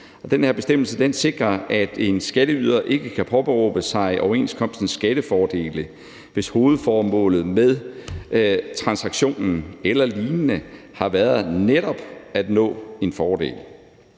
den her bestemmelse sikrer, at en skatteyder ikke kan påberåbe sig overenskomstens skattefordele, hvis hovedformålet med transaktionen eller lignende har været netop at opnå en fordel.